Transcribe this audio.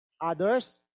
others